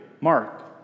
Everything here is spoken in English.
Mark